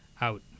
out